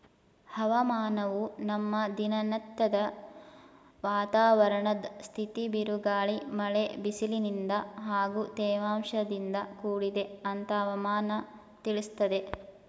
ಹವಾಮಾನವು ನಮ್ಮ ದಿನನತ್ಯದ ವಾತಾವರಣದ್ ಸ್ಥಿತಿ ಬಿರುಗಾಳಿ ಮಳೆ ಬಿಸಿಲಿನಿಂದ ಹಾಗೂ ತೇವಾಂಶದಿಂದ ಕೂಡಿದೆ ಅಂತ ಹವಾಮನ ತಿಳಿಸ್ತದೆ